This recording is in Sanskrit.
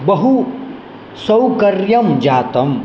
बहु सौकर्यं जातम्